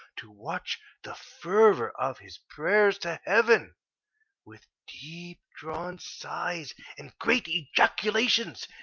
to watch the fervour of his prayers to heaven with deep-drawn sighs and great ejaculations,